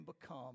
become